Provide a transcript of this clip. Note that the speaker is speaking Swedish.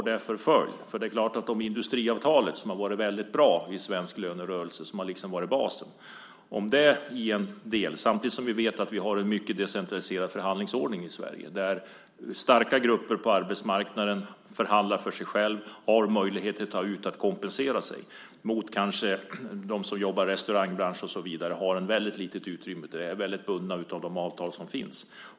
Det är klart att industriavtalet varit väldigt bra i svensk lönerörelse och liksom varit basen. Samtidigt vet vi att vi har en mycket decentraliserad förhandlingsordning i Sverige. Starka grupper på arbetsmarknaden förhandlar för sig själva och har möjligheter att ta ut och kompensera sig, medan till exempel de som jobbar inom restaurangbranschen har ett väldigt litet utrymme och är väldigt bundna av de avtal som finns.